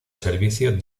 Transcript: servicio